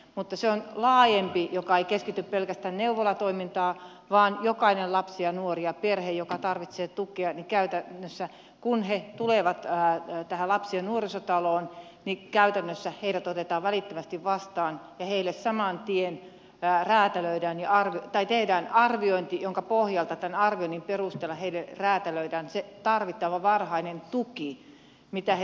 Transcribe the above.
mutta se on laajempi joka ei keskity pelkästään neuvolatoimintaan vaan jokainen lapsi ja nuori ja perhe joka tarvitsee tukea kun he tulevat tähän lapsi ja nuorisotaloon käytännössä otetaan välittömästi vastaan ja heille saman tien tehdään arviointi jonka perusteella heille räätälöidään se tarvittava varhainen tuki mitä he tarvitsevat